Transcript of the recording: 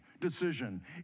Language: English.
decision